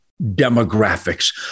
demographics